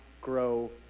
grow